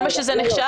זה מה שזה נחשב?